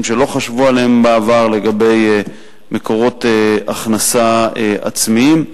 שלא חשבו עליהם בעבר לגבי מקורות הכנסה עצמיים.